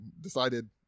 decided